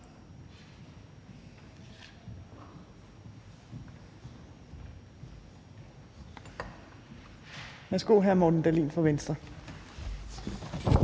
vi en medspørger, Morten Dahlin fra Venstre.